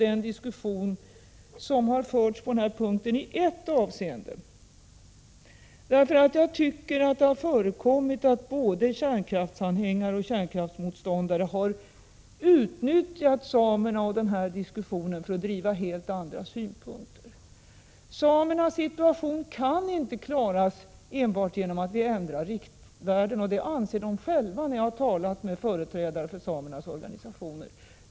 Den diskussion som har förts på den här punkten har berört mig illa i ett avseende. Jag tycker att det har förekommit att både kärnkraftsanhängare och kärnkraftsmotståndare har utnyttjat samerna i den här diskussionen för att driva helt andra synpunkter. Samernas situation kan inte klaras enbart genom att vi ändrar riktvärdena. Det anser de själva, enligt vad jag funnit när jag har talat med företrädare för samernas organisationer.